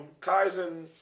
Kaizen